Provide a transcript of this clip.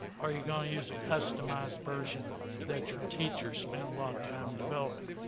are you going to use a customized version that your teacher spent a lot of time developing?